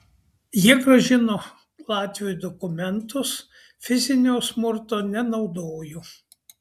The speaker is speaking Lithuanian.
jie grąžino latviui dokumentus fizinio smurto nenaudojo